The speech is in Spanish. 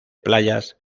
playas